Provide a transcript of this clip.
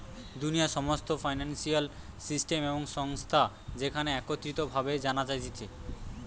দুনিয়ার সমস্ত financial system এবং সংস্থা যেখানে একত্রিত ভাবে জানা যাতিছে